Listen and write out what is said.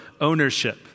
ownership